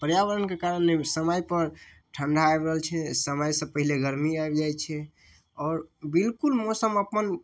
पर्यावरणके कारण समय पर ठण्डा आबि रहल छै समय सऽ पहिले गरमी आबि जाइ छै आओर बिलकुल मौसम अपन